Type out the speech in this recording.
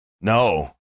No